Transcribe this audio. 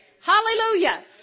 Hallelujah